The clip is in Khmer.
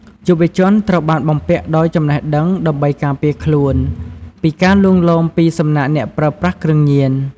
យុវជនត្រូវបានបំពាក់ដោយចំណេះដឹងដើម្បីការពារខ្លួន ពីការលួងលោមពីសំណាក់អ្នកប្រើប្រាស់គ្រឿងញៀន។